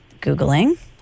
Googling